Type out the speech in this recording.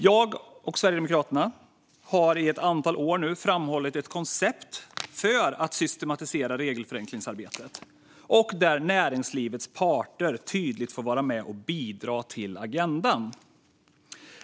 Jag och Sverigedemokraterna har under ett antal år framhållit ett koncept för att systematisera regelförenklingsarbetet. Där får näringslivets parter tydligt vara med och bidra till agendan.